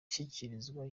ashyikirizwa